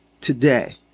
today